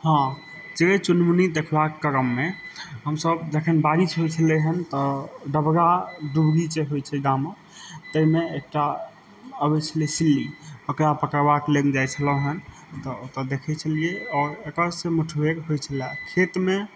हँ चिरै चुनमुनी देखबाक क्रममे हमसब जखन बारिश होइ छलै हन तऽ डबरा डुबरी जे होइ छै गाम ताहिमे एकटा अबै छलै सिल्ली ओकरा पकड़बाक लेल जाइ छलौ हँ तऽ ओतऽ देखै छलियै आओर एकर से मुठबेर होइ छलए खेतमे